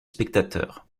spectateur